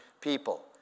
people